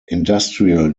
industrial